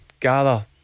gather